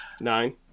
Nine